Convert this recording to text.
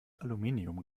aluminium